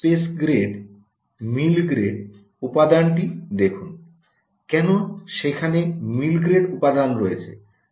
space grade mill grade উপাদানটি দেখুন কেন সেখানে মিল গ্রেড উপাদান রয়েছে